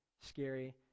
scary